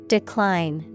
Decline